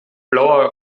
blauer